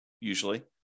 usually